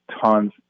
tons